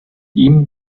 ihm